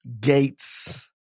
Gates